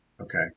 Okay